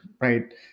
right